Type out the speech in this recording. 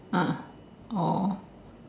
ah oh